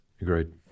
Agreed